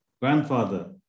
Grandfather